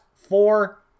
four